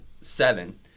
seven